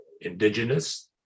indigenous